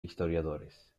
historiadores